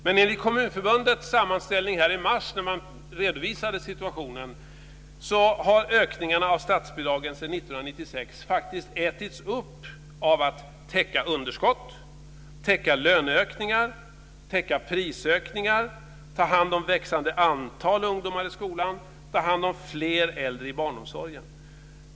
Men enligt Kommunförbundets sammanställning i mars, där situationen redovisades, har ökningarna av statsbidragen sedan 1996 faktiskt ätits upp av att man har varit tvungen att täcka underskott, täcka löneökningar och täcka prisökningar samt ta hand om ett växande antal ungdomar i skolan och fler äldre i äldreomsorgen.